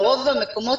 ברוב המקומות,